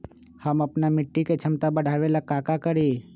हम अपना मिट्टी के झमता बढ़ाबे ला का करी?